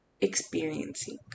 experiencing